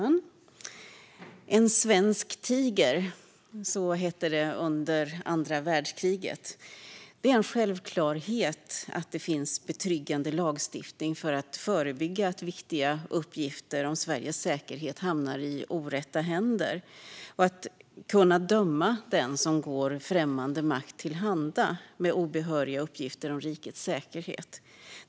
Fru talman! "En svensk tiger" - så hette det under andra världskriget. Det är en självklarhet att det finns betryggande lagstiftning för att förebygga att viktiga uppgifter om Sveriges säkerhet hamnar i orätta händer och för att den som går främmande makt till handa med obehöriga uppgifter om rikets säkerhet ska kunna dömas.